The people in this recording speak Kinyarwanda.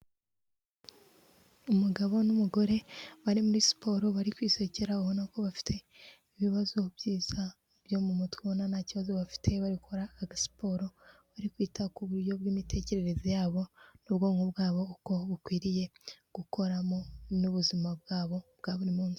Umugabo n'umugore bari muri siporo bari kwisekera ubonako bafite ibibazo byiza byo mu mutwe ubona nta kibazo bafite bakora agasiporo, bari kwita kuburyo bw'imitekerereze yabo n'ubwonko bwabo uko bukwiriye gukoramo n'ubuzima bwabo bwa buri munsi.